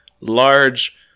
large